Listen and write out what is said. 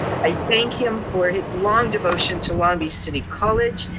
i thank him for his long devotion to long beach city college.